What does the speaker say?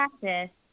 practice